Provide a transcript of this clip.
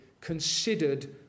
considered